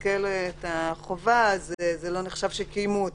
מסכל את החובה אז זה לא נחשב שקיימו אותה,